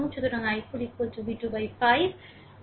সুতরাং i4 v2 বাই5